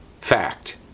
fact